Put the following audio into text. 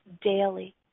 daily